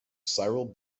cyril